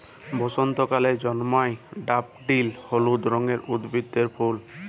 বসন্তকালে জল্ময় ড্যাফডিল হলুদ রঙের উদ্ভিদের ফুল